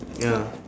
ya